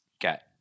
get